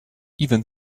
even